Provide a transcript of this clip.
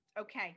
Okay